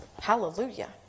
Hallelujah